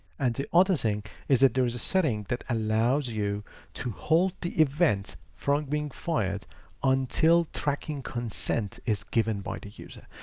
and the other thing is that there is a setting that allows you to hold the event from being fired until tracking consent is given by the user.